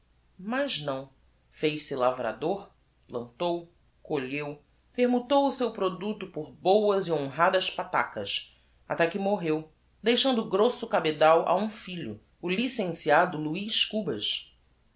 mas não fez-se lavrador plantou colheu permutou o seu producto por boas e honradas patacas até que morreu deixando grosso cabedal a um filho o licenciado luiz cubas